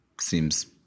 seems